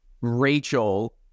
Rachel